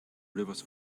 rivers